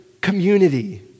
community